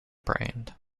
brand